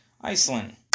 Iceland